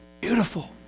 beautiful